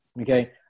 Okay